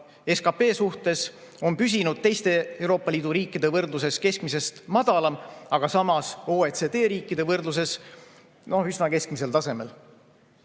SKP suhtes on püsinud teiste Euroopa Liidu riikidega võrreldes keskmisest madalam, samas OECD riikidega võrreldes üsna keskmisel tasemel.